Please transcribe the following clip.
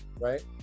right